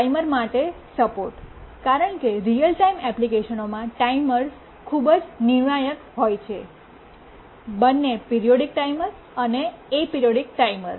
timer માટે support કારણ કે રીઅલ ટાઇમ એપ્લિકેશનોમાં ટાઈમર્સ ખૂબ જ નિર્ણાયક હોય છે બંને પિરીયોડીક ટાઈમર અને એપરિઓડિક ટાઈમર